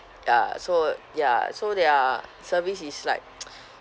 ya so ya so their service is like